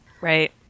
Right